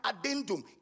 addendum